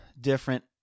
different